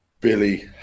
Billy